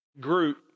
group